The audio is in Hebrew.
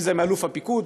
אם זה מאלוף הפיקוד,